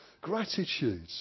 gratitude